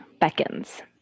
Beckons